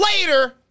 Later